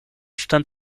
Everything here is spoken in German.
stand